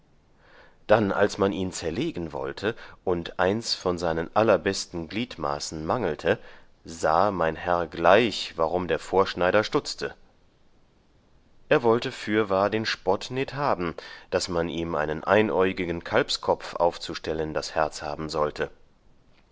dann als man ihn zerlegen wollte und eins von seinen allerbesten gliedmaßen mangelte sahe mein herr gleich warum der vorschneider stutzte er wollte fürwahr den spott nit haben daß man ihm einen einäugigen kalbskopf aufzustellen das herz haben sollte